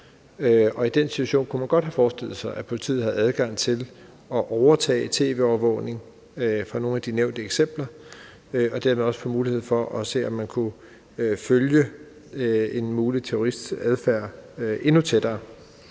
i en situation som den kunne man godt forestille sig, at politiet havde adgang til at overtage tv-overvågning fra nogle af de nævnte eksempler og dermed også få mulighed for at se, om man kunne følge en mulig terrorists adfærd endnu tættere,